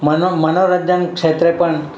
મનો મનોરંજન ક્ષેત્રે પણ